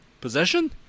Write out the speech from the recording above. Possession